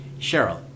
Cheryl